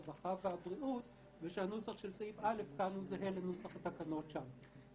הרווחה והבריאות ושהנוסח של סעיף א' כאן זהה לנוסח של התקנות שם.